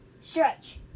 Stretch